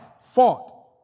fought